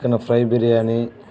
chicken fry biryani